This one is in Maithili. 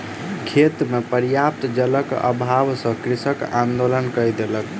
खेत मे पर्याप्त जलक अभाव सॅ कृषक आंदोलन कय देलक